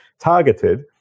targeted